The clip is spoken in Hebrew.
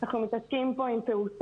אנחנו מתעסקים פה עם פעוטות.